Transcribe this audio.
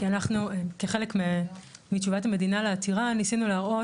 כי אנחנו כחלק מתשובת המדינה לעתירה ניסינו להראות